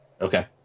Okay